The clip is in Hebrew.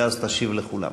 ואז תשיב לכולם.